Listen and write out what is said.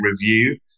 review